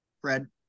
Fred